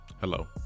Hello